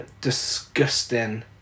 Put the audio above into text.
disgusting